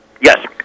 Yes